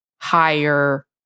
higher